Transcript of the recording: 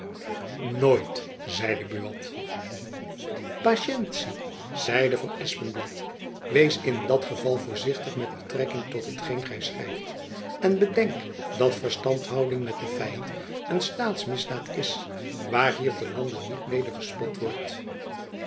nooit zeide buat patientie zeide van espenblad wees in dat geval voorzichtig met betrekking tot hetgeen gy schrijft en bedenk dat verstandhouding met den vyand een staatsmisdaad is waar hier te lande niet mede gespot wordt